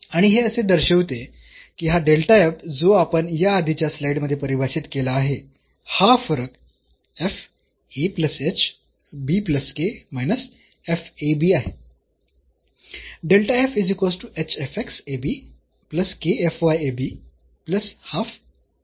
आणि हे असे दर्शविते की हा जो आपण या आधीच्या स्लाईड मध्ये परिभाषित केला आहे हा फरक आहे